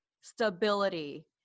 stability